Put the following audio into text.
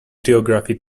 geography